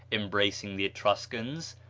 embracing the etruscans,